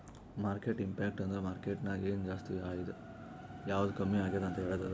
market impact ಅಂದುರ್ market ನಾಗ್ ಎನ್ ಜಾಸ್ತಿ ಆಯ್ತ್ ಯಾವ್ದು ಕಮ್ಮಿ ಆಗ್ಯಾದ್ ಅಂತ್ ಹೇಳ್ತುದ್